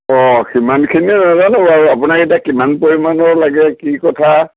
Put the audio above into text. অঁ সিমানখিনি নেজানো বাৰু আপোনাক এতিয়া কিমান পৰিমাণৰ লাগে কি কথা